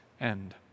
end